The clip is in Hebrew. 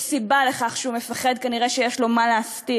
יש סיבה לכך שהוא מפחד, כנראה יש לו מה להסתיר.